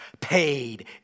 paid